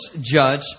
judge